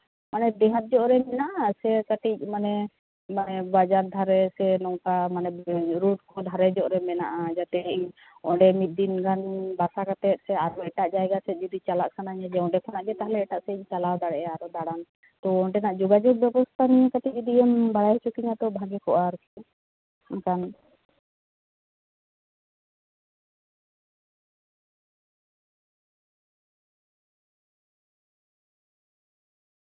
ᱢᱟᱱᱮ ᱰᱤᱦᱟᱹᱛ ᱧᱚᱜ ᱨᱮ ᱢᱮᱱᱟᱜᱼᱟ ᱥᱮ ᱠᱟᱹᱴᱤᱡ ᱚᱱᱟ ᱵᱟᱡᱟᱨ ᱫᱷᱟᱨᱮ ᱥᱮ ᱱᱚᱝᱠᱟ ᱢᱟᱱᱮ ᱨᱳᱰ ᱫᱷᱟᱨᱮ ᱧᱚᱜ ᱨᱮ ᱢᱮᱱᱟᱜᱼᱟ ᱡᱟᱛᱮ ᱤᱧ ᱚᱸᱰᱮ ᱢᱤᱫ ᱫᱤᱱ ᱜᱟᱱ ᱵᱟᱥᱟ ᱠᱟᱛᱮ ᱥᱮ ᱟᱨᱦᱚᱸ ᱮᱴᱟᱜ ᱡᱟᱭᱜᱟ ᱥᱮᱫ ᱡᱩᱫᱤ ᱪᱟᱞᱟᱜ ᱥᱟᱱᱟᱧᱟ ᱡᱩᱫᱤ ᱚᱸᱰᱮ ᱠᱷᱚᱱᱟᱜ ᱜᱮ ᱮᱴᱟᱜ ᱥᱮᱫ ᱤᱧ ᱪᱟᱞᱟᱣ ᱫᱟᱲᱮᱭᱟᱜᱼᱟ ᱟᱨ ᱫᱟᱬᱟᱱ ᱛᱚ ᱚᱸᱰᱮᱱᱟᱜ ᱡᱳᱜᱟᱡᱳᱜᱽ ᱵᱮᱵᱚᱥᱛᱟ ᱧᱮᱞ ᱠᱟᱛᱮ ᱟᱢᱮᱢ ᱵᱟᱲᱟᱭ ᱦᱚᱪᱚ ᱠᱤᱧᱟᱹ ᱛᱚᱵᱮ ᱵᱷᱟᱜᱮ ᱠᱚᱜᱼᱟ ᱟᱨᱠᱤ ᱵᱟᱝ